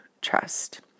trust